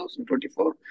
2024